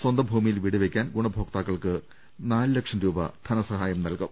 സ്വന്തം ഭൂമിയിൽ വീടുവെക്കാൻ ഗുണഭോക്താക്കൾക്ക് നാല് ലക്ഷം രൂപ ധനസഹായം നല്കും